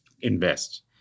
invest